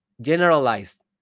generalized